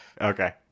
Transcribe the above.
Okay